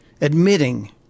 admitting